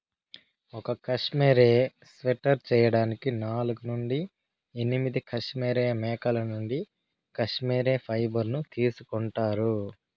ఒక cashmere sweater చేయడానికి నాలుగు నుండి ఎనిమిది కష్మెరె మేకల నుండి కష్మెరె ఫైబర్ ను తీసుకుంటారు